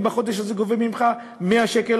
אני בחודש הזה גובה ממך 100 שקל,